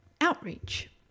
outreach